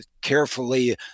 carefully